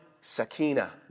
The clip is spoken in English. sakina